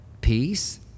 peace